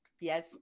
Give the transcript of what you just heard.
Yes